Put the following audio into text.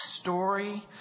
story